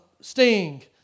Sting